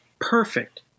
perfect